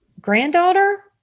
granddaughter